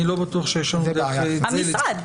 אני לא בטוח שיש לנו דרך ל --- המשרד,